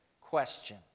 question